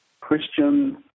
Christian